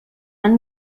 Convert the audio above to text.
han